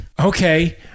Okay